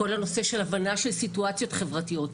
כל הנושא של הבנה של סיטואציות חברתיות,